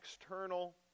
external